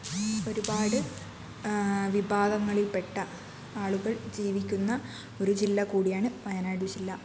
ഒരുപാട് വിഭാഗങ്ങളിൽപ്പെട്ട ആളുകൾ ജീവിക്കുന്ന ഒരു ജില്ല കൂടിയാണ് വയനാട് ജില്ല